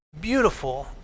beautiful